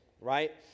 right